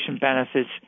benefits